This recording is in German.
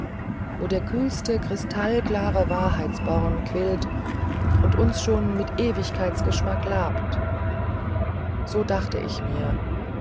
wo der kühlste kristallklare wahrheitsborn quillt und uns schon mit ewigkeitsgeschmack labt so dachte ich mir